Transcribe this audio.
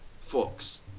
fox